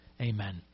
Amen